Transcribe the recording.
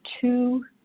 two